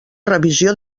revisió